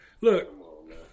Look